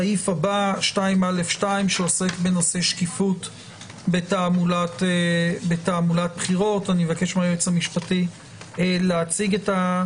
את הסעיף: "שקיפות בתעמולת 2א2. (א) מודעת בחירות תישא את שמו